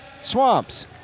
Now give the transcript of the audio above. Swamps